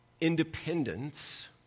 Independence